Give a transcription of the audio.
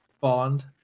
Bond